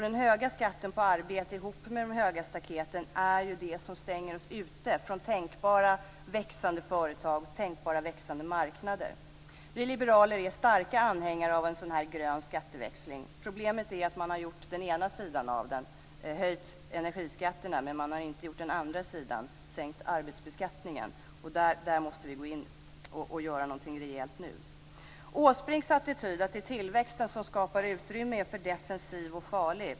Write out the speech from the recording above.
Den höga skatten på arbete ihop med de höga staketen är det som stänger oss ute från tänkbara växande företag och tänkbara växande marknader. Vi liberaler är starka anhängare av grön skatteväxling. Problemet är att man har gjort den ena sidan av den, höjt energiskatterna. Däremot har man inte gjort den andra sidan, sänkt arbetsbeskattningen. Där måste vi gå in och göra någonting rejält nu. Erik Åsbrinks attityd, att det är tillväxten som skapar utrymme, är för defensiv och farlig.